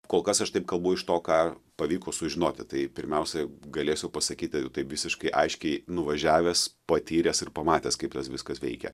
kol kas aš taip kalbu iš to ką pavyko sužinoti tai pirmiausia galėsiu pasakyti tai visiškai aiškiai nuvažiavęs patyręs ir pamatęs kaip tas viskas veikia